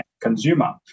consumer